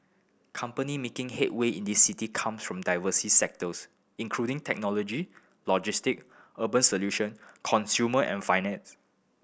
company making headway in this city come from diverse sectors including technology logistic urban solution consumer and finance